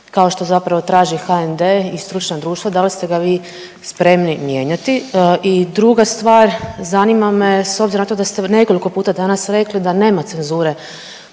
kao što zapravo traži HND i stručna društva, da li ste ga vi spremni mijenjati? I druga stvar, zanima me s obzirom na to da ste nekoliko puta danas rekli da nema cenzure